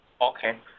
Okay